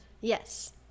Yes